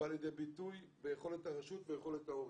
בא לידי ביטוי ביכולת הרשות ויכולת ההורים.